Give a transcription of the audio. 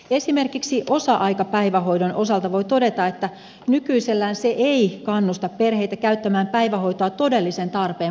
esimerkiksi osa aikapäivähoidon osalta voi todeta että nykyisellään se ei kannusta perheitä käyttämään päivähoitoa todellisen tarpeen mukaisesti